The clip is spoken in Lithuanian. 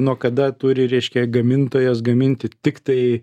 nuo kada turi reiškia gamintojas gaminti tiktai